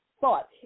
thought